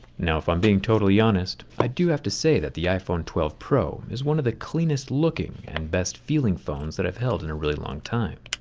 now if i'm being totally honest, i do have to say that the iphone twelve pro is one of the cleanest looking and best feeling phones that i've held in a really long time.